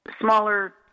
smaller